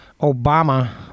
Obama